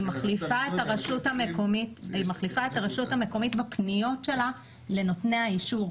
היא מחליפה את הרשות המקומית בפניות שלה לנותני האישור.